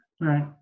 Right